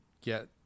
get